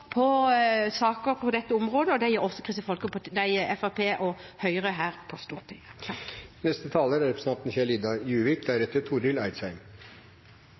saker på dette området, og det gjør også Fremskrittspartiet og Høyre her på Stortinget. Avdekning av bruk av rusmidler i luftfarten er